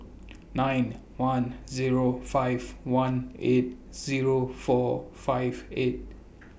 nine one Zero five one eight Zero four five eight